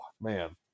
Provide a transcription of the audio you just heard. man